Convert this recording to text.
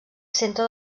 centre